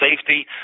safety